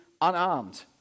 unarmed